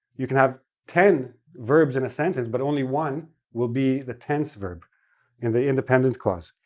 you can have ten verbs in a sentence, but only one will be the tense verb in the independent clause.